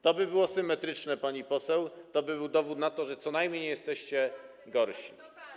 To by było symetryczne, pani poseł, to by był dowód na to, że co najmniej nie jesteście gorsi.